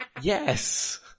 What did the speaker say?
Yes